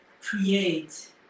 create